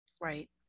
Right